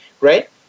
right